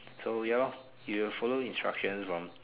so ya lor if you follow instructions from